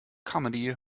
comedy